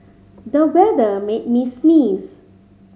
the weather made me sneeze